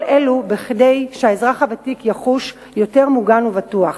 כל אלה כדי שהאזרח הוותיק יחוש יותר מוגן ובטוח.